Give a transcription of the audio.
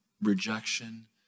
rejection